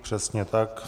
Přesně tak.